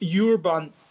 urban